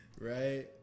Right